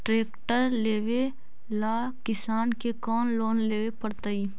Tractor लेवेला किसान के कौन लोन लेवे पड़तई?